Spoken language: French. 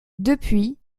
depuis